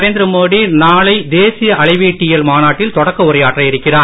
நரேந்திர மோடி நாளை தேசிய அளவீட்டியல் மாநாட்டில் தொடக்க உரையாற்ற இருக்கிறார்